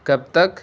کب تک